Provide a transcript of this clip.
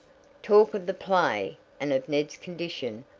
talk of the play, and of ned's condition,